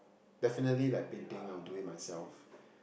definitely like painting I would do it myself